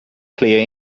clear